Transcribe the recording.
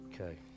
okay